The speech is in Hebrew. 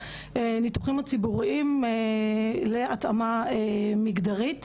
הניתוחים הציבוריים להתאמה מגדרית.